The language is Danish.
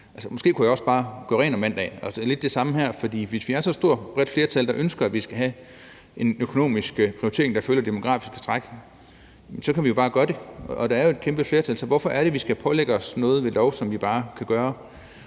Måske kunne jeg også bare gøre rent om mandagen. Det er lidt det samme her, for hvis vi er så stort og bredt et flertal, der ønsker, at vi skal have en økonomisk prioritering, der følger det demografiske træk, så kan vi jo bare gøre det, for der er jo et kæmpe flertal. Så hvorfor er det, vi skal pålægge os selv noget ved lov, som vi bare kan gøre?